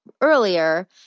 earlier